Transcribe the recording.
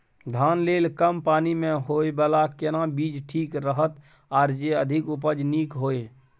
धान लेल कम पानी मे होयबला केना बीज ठीक रहत आर जे अधिक उपज नीक होय?